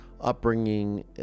upbringing